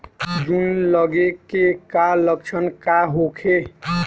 जूं लगे के का लक्षण का होखे?